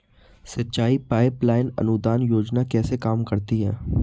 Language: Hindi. सिंचाई पाइप लाइन अनुदान योजना कैसे काम करती है?